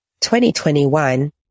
2021